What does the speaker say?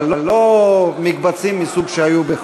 אבל לא מקבצים מהסוג שהיו,